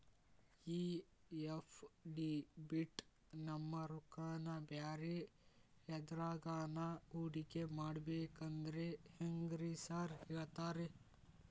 ಈ ಎಫ್.ಡಿ ಬಿಟ್ ನಮ್ ರೊಕ್ಕನಾ ಬ್ಯಾರೆ ಎದ್ರಾಗಾನ ಹೂಡಿಕೆ ಮಾಡಬೇಕಂದ್ರೆ ಹೆಂಗ್ರಿ ಸಾರ್ ಹೇಳ್ತೇರಾ?